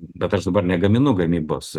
bet aš dabar negaminu gamybos